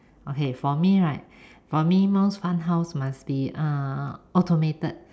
okay for me right for me most fun house must be uh automated